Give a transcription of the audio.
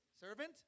servant